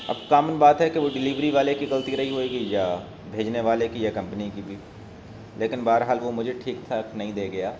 اب کامن بات ہے کہ وہ ڈلیوری والے کی غلطی رہی ہوئگی یا بھیجنے والے کی یا کمپنی کی بھی لیکن بہر حال وہ مجھے ٹھیک ٹھاک نہیں دے گیا